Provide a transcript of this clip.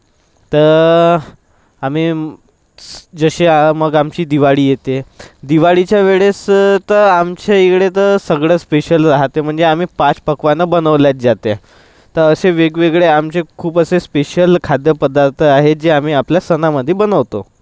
तर आम्ही जसे मग आमची दिवाळी येते दिवाळीच्या वेळेस तर आमच्या इकडे तर सगळं स्पेशल राहते म्हणजे आम्ही पाच पक्वान्नं बनवल्याच जाते तर असे वेगवेगळे आमचे खूप असे स्पेशल खाद्यपदार्थ आहे जे आम्ही आपल्या सणामध्ये बनवतो